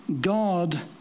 God